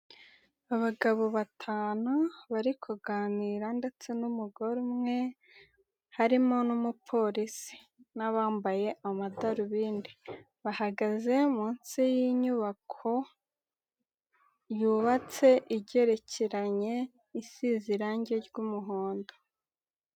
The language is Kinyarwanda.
Abagabo batanu bari kuganira ndetse n'umugore umwe, harimo n'umupolisi n'abambaye amadarubindi, bahagaze munsi y'inyubako yubatse igerekeranye isize irangi ry'umuhondo.